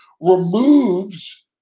removes